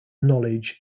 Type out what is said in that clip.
knowledge